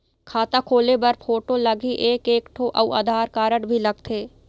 खाता खोले बर फोटो लगही एक एक ठो अउ आधार कारड भी लगथे?